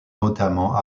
notamment